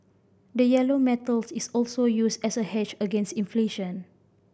the yellow metals is also used as a hedge against inflation